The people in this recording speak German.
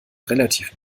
relativ